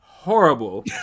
Horrible